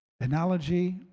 analogy